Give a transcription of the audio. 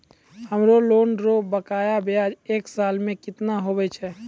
हमरो लोन रो बकाया ब्याज एक साल मे केतना हुवै छै?